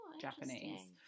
Japanese